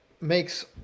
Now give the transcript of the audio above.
makes